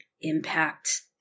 impact